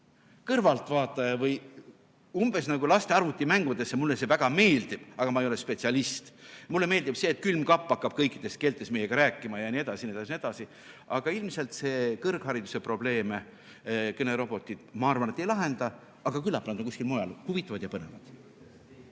kõrvaltvaataja või umbes nagu laste arvutimängudesse: mulle see väga meeldib, aga ma ei ole spetsialist. Mulle meeldib, et külmkapp hakkab kõikides keeltes meiega rääkima jne, jne, jne, aga ilmselt kõrghariduse probleeme kõnerobotid, ma arvan, ei lahenda. Aga küllap nad on kuskil mujal huvitavad ja põnevad.